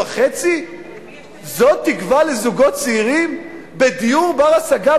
זאת תקווה לזוגות צעירים בדיור בר-השגה,